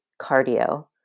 cardio